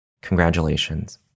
Congratulations